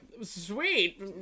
sweet